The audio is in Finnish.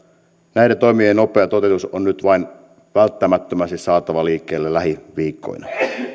näiden toimien nopea toteutus on nyt väin välttämättömästi saatava liikkeelle lähiviikkoina